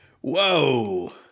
Whoa